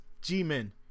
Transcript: G-Men